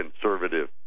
conservative